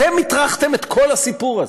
אתם הטרחתם, כל הסיפור הזה,